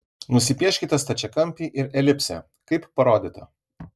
nusipieškite stačiakampį ir elipsę kaip parodyta